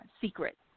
secret